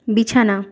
বিছানা